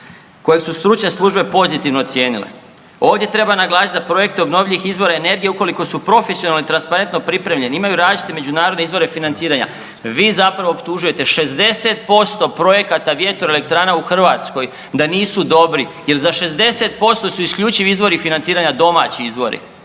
kojeg su stručne službe pozitivno ocijenile, ovdje treba naglasiti da projekte obnovljivih izvora energije ukoliko su profesionalno i transparentno pripremljeni imaju različite međunarodne izvore financiranja, vi zapravo optužujete 60% projekata vjetroelektrana u Hrvatskoj da nisu dobri, jer za 60% su isključivi izvori financiranja domaći izvori.